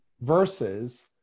Versus